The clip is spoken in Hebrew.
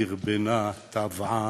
דרבנה, תבעה,